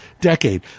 decade